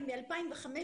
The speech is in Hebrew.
היא מ-2005,